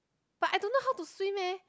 but I don't know to swim leh